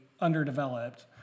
underdeveloped